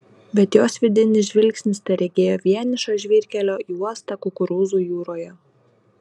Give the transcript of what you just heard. bet jos vidinis žvilgsnis teregėjo vienišą žvyrkelio juostą kukurūzų jūroje